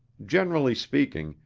generally speaking,